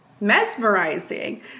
mesmerizing